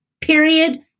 period